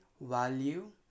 value